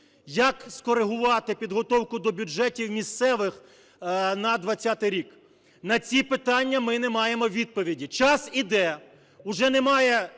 як скорегувати підготовку до бюджетів місцевих на 20-й рік? На ці питання ми не маємо відповідей, час йде, вже немає